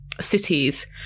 cities